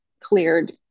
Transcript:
cleared